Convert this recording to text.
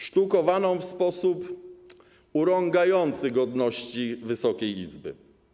sztukowaną w sposób urągający godności Wysokiej Izby.